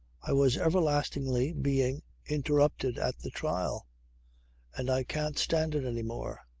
i was everlastingly being interrupted at the trial and i can't stand it any more.